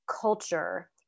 culture